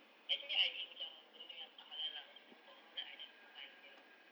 actually I eat macam benda yang tak halal ah macam no pork no lard I just makan you know